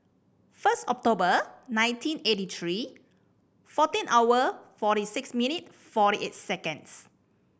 first October nineteen eighty three fourteen hour forty six minute forty eight seconds